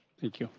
thank you.